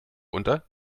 unter